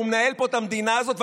והוא מנהל פה את המדינה הזאת.